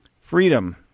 Freedom